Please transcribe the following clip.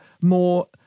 more